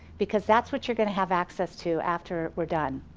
because that's what you're going to have access to after we're done.